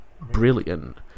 brilliant